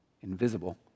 invisible